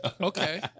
Okay